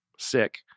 sick